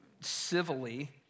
civilly